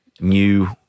new